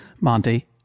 monty